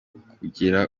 kugira